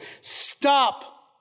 Stop